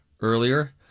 earlier